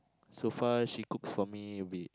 so far she cooks for me a bit